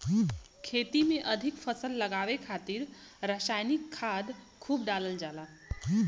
खेती में अधिक फसल उगावे खातिर रसायनिक खाद खूब डालल जाला